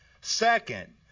Second